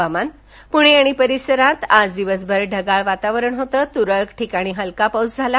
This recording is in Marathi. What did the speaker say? हवामान पुणे आणि परिसरात आज दिवसभर ढगाळ वातावरण होतं तुरळक ठिकाणी हलका पाऊस झाला